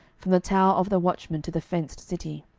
from the tower of the watchmen to the fenced city.